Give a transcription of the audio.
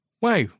Wow